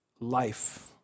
life